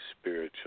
spiritual